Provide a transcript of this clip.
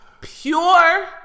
pure